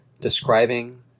describing